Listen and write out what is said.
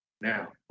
now